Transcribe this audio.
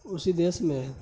اسی دیس میں